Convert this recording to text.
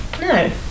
No